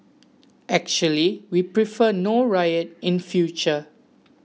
actually we prefer no riot in future